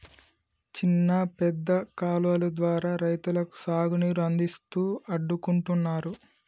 చిన్న పెద్ద కాలువలు ద్వారా రైతులకు సాగు నీరు అందిస్తూ అడ్డుకుంటున్నారు